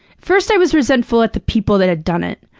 first, i was resentful at the people that had done it.